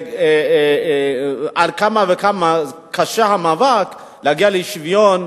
על אחת וכמה קשה המאבק להגיע לשוויון,